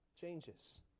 changes